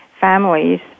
families